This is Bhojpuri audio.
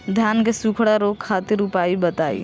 धान के सुखड़ा रोग खातिर उपाय बताई?